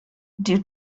due